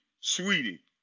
Sweetie